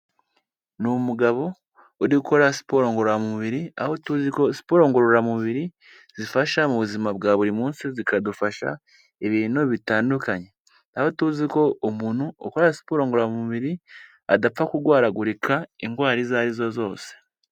Ni umugabo uri gukora siporo ngororamubiri aho tuzi ko siporo ngororamubiri zifasha mu buzima bwa buri munsi zikadufasha ibintu bitandukanye, aho tuzi ko umuntu ukora siporo ngororamubiri adapfa kugwaragurika indwara izo arizo zose.